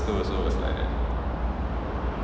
also like that